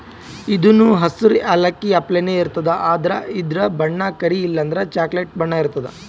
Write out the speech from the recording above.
ಇದೂನು ಹಸ್ರ್ ಯಾಲಕ್ಕಿ ಅಪ್ಲೆನೇ ಇರ್ತದ್ ಆದ್ರ ಇದ್ರ್ ಬಣ್ಣ ಕರಿ ಇಲ್ಲಂದ್ರ ಚಾಕ್ಲೆಟ್ ಬಣ್ಣ ಇರ್ತದ್